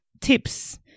tips